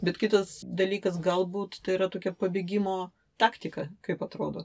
bet kitas dalykas galbūt tai yra tokia pabėgimo taktika kaip atrodo